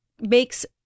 makes